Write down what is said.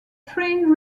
train